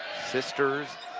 sisters,